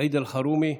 סעיד אלחרומי,